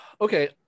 Okay